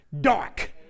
dark